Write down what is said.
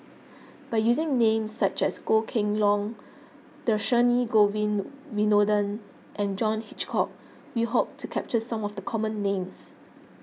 by using names such as Goh Kheng Long Dhershini Govin Winodan and John Hitchcock we hope to capture some of the common names